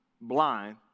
blind